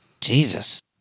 Jesus